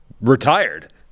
retired